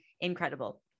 incredible